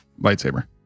lightsaber